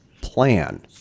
plan